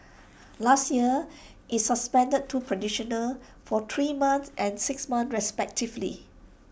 last year IT suspended two for three months and six months respectively